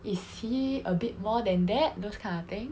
is he a bit more than that those kind of thing